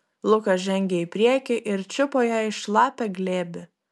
lukas žengė į priekį ir čiupo ją į šlapią glėbį